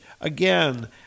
again